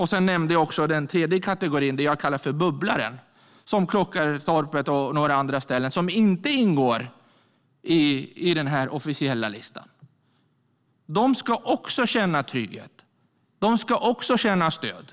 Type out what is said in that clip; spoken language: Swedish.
Jag nämnde också den tredje kategorin, som jag kallar för bubblare, till exempel Klockaretorpet och några andra ställen som inte finns med på den officiella listan. De ska också känna trygghet. De ska också känna stöd.